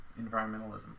environmentalism